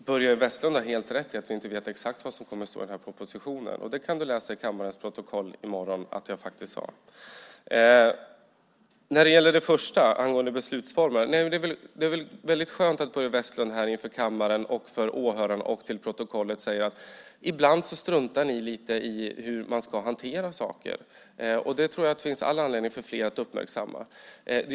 Fru talman! Börje Vestlund har helt rätt i att vi inte vet exakt vad som kommer att stå i propositionen. Du kan läsa i kammarens protokoll i morgon att jag faktiskt sade det. När det gäller beslutsformerna är det väldigt skönt att Börje Vestlund här inför kammaren, för åhörarna och till protokollet säger att ni ibland struntar lite i hur man ska hantera saker. Jag tror att det finns anledning för fler att uppmärksamma det.